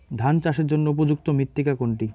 ধান চাষের জন্য উপযুক্ত মৃত্তিকা কোনটি?